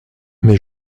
mais